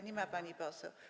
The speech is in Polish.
Nie ma pani poseł.